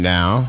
Now